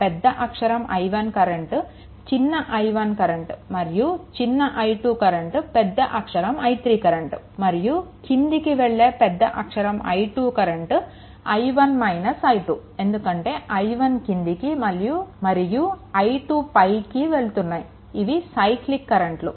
పెద్ద అక్షరం I1 current చిన్న i1 కరెంట్ మరియు చిన్న i2 కరెంట్ పెద్ద అక్షరం I3 కరెంట్ మరియు క్రిందికి వెళ్ళే పెద్ద అక్షరం I2 కరెంట్ i1 - i2 ఎందుకంటే i1 క్రిందికి మరియు i2 పైకి వెళ్తున్నాయి ఇవి సైక్లిక్ కరెంట్లు